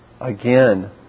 again